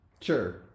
Sure